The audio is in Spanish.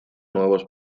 nuevos